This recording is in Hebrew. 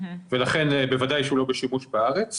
ולכן בוודאי שהוא לא בשימוש בארץ,